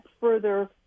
further